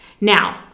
now